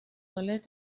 divide